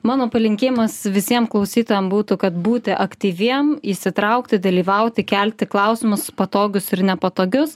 mano palinkėjimas visiem klausytojam būtų kad būti aktyviem įsitraukti dalyvauti kelti klausimus patogius ir nepatogius